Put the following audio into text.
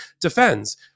defends